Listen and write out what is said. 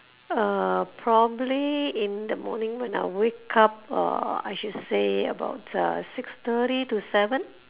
uh probably in the morning when I wake up uh I should say about uh six thirty to seven